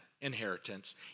inheritance